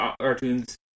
cartoons